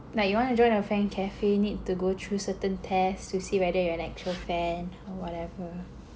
like you wanna join a fan cafe need to go through certain tests to see whether you are like an actual fan or whatever